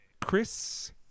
Chris